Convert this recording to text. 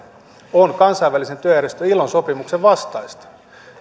on kansainvälisen työjärjestö ilon sopimuksen vastaista